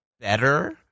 better